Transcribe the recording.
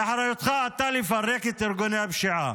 אתה, באחריותך לפרק את ארגוני הפשיעה,